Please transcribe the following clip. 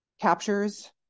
captures